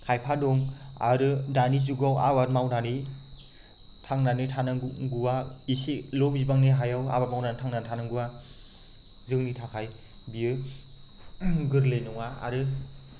खायफा दं आरो दानि जुगाव आबाद मावनानै थांनानै थांनांगौआ इसेल' बिबांनि हायाव आबाद मावनानै थांनानै थांनांगौआ जोंनि थाखाय बेयो गोरलै नङा आरो